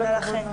כל הכבוד לך.